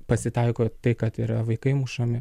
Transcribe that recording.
pasitaiko tai kad yra vaikai mušami